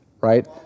right